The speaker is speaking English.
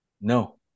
No